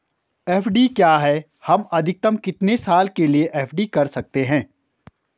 FD क्या है हम अधिकतम कितने साल के लिए एफ.डी कर सकते हैं?